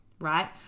right